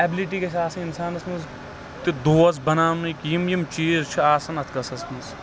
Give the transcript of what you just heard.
ability گژھہِ آسٕنۍ اِنسانس منٛز تہٕ دوس بناونٕکۍ یِم یِم چیٖز چھ آسان اَتھ قٔصس منٛز